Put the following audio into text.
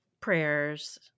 prayers